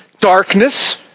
darkness